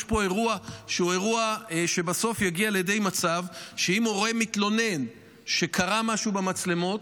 יש פה אירוע שיגיע בסוף לידי מצב שאם הורה מתלונן שקרה משהו במצלמות,